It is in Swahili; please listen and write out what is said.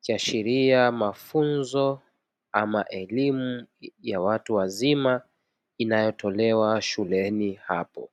ikiashiria mafunzo ama elimu ya watu wazima, inayotolewa shuleni hapo.